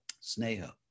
Sneha